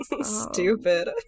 Stupid